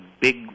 big